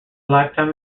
lifetime